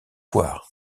voir